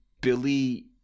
Billy